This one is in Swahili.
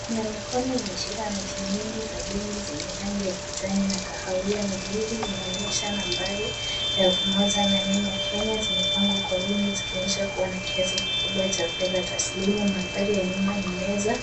Kuna mikono imeshika noti nyingi za bingi zenye rangi ya kijani na kahawia noti hizi zinaonyesha nambari elfu moja na neno Kenya, zimepangwa kwa wingi zikionyesha kuwa na kiasi kikubwa cha fedha taslimu mandhari ya nyuma ni meza